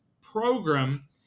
program